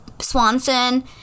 Swanson